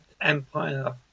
Empire